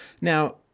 Now